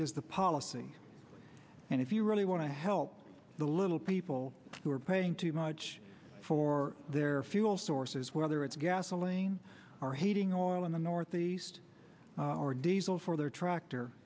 is the policy and if you really want to help the little people who are paying too much for their fuel sources whether it's gasoline or heating oil in the northeast or diesel for their tractor